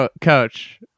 coach